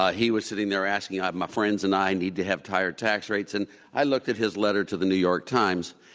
ah he was sitting there asking my friends and i need to have higher tax rates, and i looked at his letter to the new york times,